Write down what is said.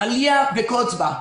אליה וקוץ בה.